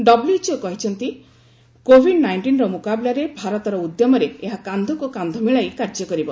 WHO କହିଛନ୍ତି COVID ନାଇଷ୍ଟିନ୍ର ମୁକାବିଲାରେ ଭାରତର ଉଦ୍ୟମରେ ଏହା କାନ୍ଧକୁ କାନ୍ଧ ମିଳାଇ କାର୍ଯ୍ୟ କରିବ